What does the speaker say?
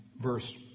verse